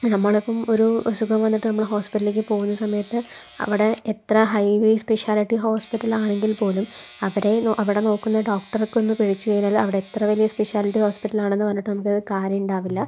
നമ്മളിപ്പം ഒരു അസുഖം വന്നിട്ട് നമ്മള് ഹോസ്പിറ്റലിലേക്ക് പോവുന്ന സമയത്ത് അവിടെ എത്ര ഹൈലി സ്പെഷ്യാലിറ്റി ഹോസ്പിറ്റൽ ആണെങ്കിൽ പോലും അവരെ അവിടെ നോക്കുന്ന ഡോക്ടർക്കൊന്ന് പിഴച്ച് കഴിഞ്ഞാൽ അവടെ എത്ര വലിയ സ്പെഷ്യാലിറ്റി ഹോസ്പിറ്റലാണെന്ന് പറഞ്ഞിട്ടും നമുക്ക് കാര്യമുണ്ടാവില്ല